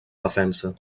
defensa